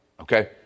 Okay